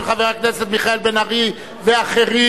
של חבר הכנסת מיכאל בן-ארי ואחרים.